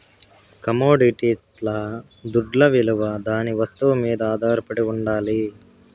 కమొడిటీస్ల దుడ్డవిలువ దాని వస్తువు మీద ఆధారపడి ఉండాలి